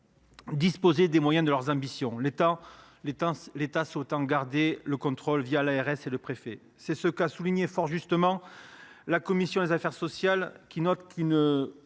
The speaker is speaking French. disposer des moyens de ses ambitions, l’État souhaitant conserver son contrôle à travers l’ARS et le préfet. C’est ce qu’a souligné fort justement la commission des affaires sociales du Sénat, qui note